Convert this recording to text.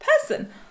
person